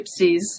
gypsies